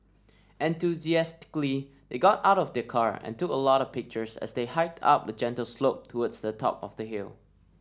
enthusiastically they got out of the car and took a lot of pictures as they hiked up a gentle slope towards the top of the hill